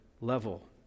level